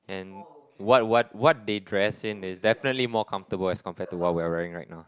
and what what what they dress in is definitely more comfortable as compared to what we are wearing right now